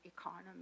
economy